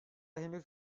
henüz